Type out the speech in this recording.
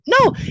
No